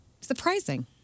Surprising